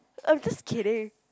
I'm just kidding